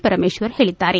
ಪರಮೇಶ್ವರ್ ಹೇಳಿದ್ದಾರೆ